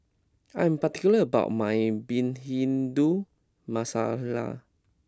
I am particular about my Bhindi Masala